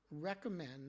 recommend